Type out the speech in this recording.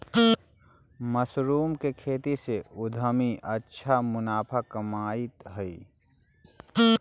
mushroom के खेती से उद्यमी अच्छा मुनाफा कमाइत हइ